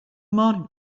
morning